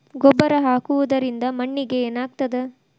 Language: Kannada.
ಗೊಬ್ಬರ ಹಾಕುವುದರಿಂದ ಮಣ್ಣಿಗೆ ಏನಾಗ್ತದ?